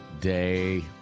day